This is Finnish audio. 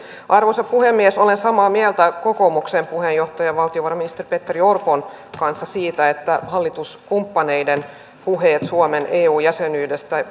arvoisa puhemies olen samaa mieltä kokoomuksen puheenjohtajan valtiovarainministeri petteri orpon kanssa siitä että hallituskumppaneiden puheet suomen eu jäsenyydestä